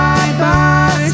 Bye-bye